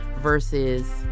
versus